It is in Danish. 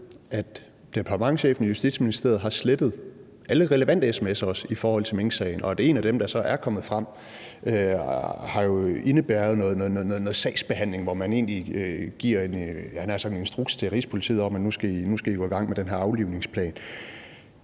at departementschefen i Justitsministeriet har slettet alle relevante sms'er i minksagen, og at en af dem, der så er kommet frem, har indebåret noget sagsbehandling, hvor der egentlig bliver givet en instruks – havde jeg nær sagt – til Rigspolitiet om, at de skal gå i gang med den her aflivningsplan,